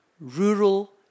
rural